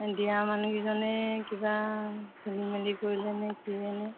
দিয়া মানুহকেইজনীয়ে কিবা খেলি মেলি কৰিলে নে কিয়েনে